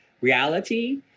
reality